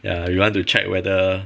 ya you want to check whether